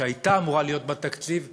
שהייתה אמורה להיות בתקציב ואיננה.